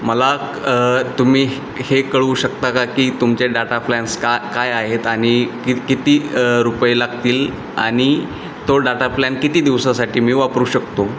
मला तुम्ही हे कळवू शकता का की तुमचे डाटा प्लॅन्स का काय आहेत आणि कि किती रुपये लागतील आणि तो डाटा प्लॅन किती दिवसासाठी मी वापरू शकतो